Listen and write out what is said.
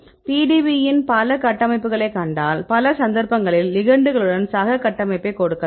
PDB யின் பல கட்டமைப்புகளைக் கண்டால் பல சந்தர்ப்பங்களில் லிகெண்ட்களுடன் சக கட்டமைப்பைக் கொடுக்கலாம்